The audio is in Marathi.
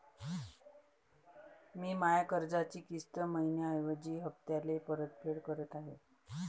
मी माया कर्जाची किस्त मइन्याऐवजी हप्त्याले परतफेड करत आहे